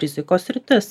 rizikos sritis